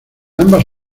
ambas